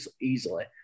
easily